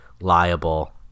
liable